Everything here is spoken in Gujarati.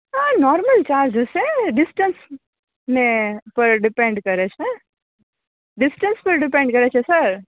હા હા નોર્મલ ચાર્જ હશે ડિસ્ટન્સને પર ડીપેન્ડ કરે છે ડિસ્ટન્સનું ડીપેન્ડ કરે છે સર